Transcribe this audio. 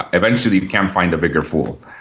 eventually we can find a bigger fool.